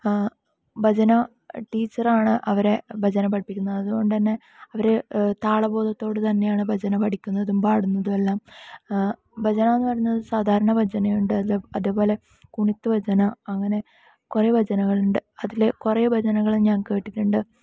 ഭജന ടീച്ചറാണ് അവരെ ഭജന പഠിപ്പിക്കുന്നത് അതുകൊണ്ടു തന്നെ അവർ താള ബോധത്തോടു തന്നെയാണ് ഭജന പഠിക്കുന്നതും പാടുന്നതും എല്ലാം ഭജന എന്നു പറയുന്നത് സാധാരണ ഭജന ഉണ്ട് അതേപോലെ കുണുക്ക് ഭജന അങ്ങനെ കുറേ ഭജനകളുണ്ട് അതിൽ കുറേ ഭജനകൾ ഞാൻ കേട്ടിട്ടുണ്ട്